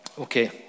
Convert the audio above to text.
Okay